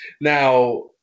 Now